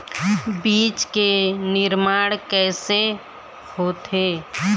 बीज के निर्माण कैसे होथे?